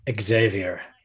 Xavier